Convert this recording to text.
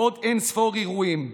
ועוד אין-ספור אירועים.